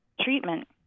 treatment